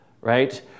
right